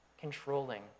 controlling